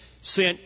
sent